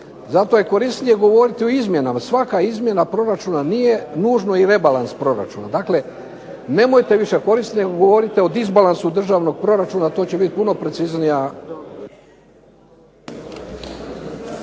Zato je korisnije govoriti o izmjenama, svaka izmjena proračuna nije nužno i rebalans proračuna. Dakle nemojte više koristiti, nego govorite o disbalansu državnog proračuna, to će bit puno preciznija